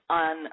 on